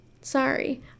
sorry